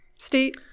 state